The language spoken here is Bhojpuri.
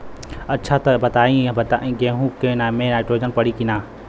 अच्छा त ई बताईं गेहूँ मे नाइट्रोजन पड़ी कि ना?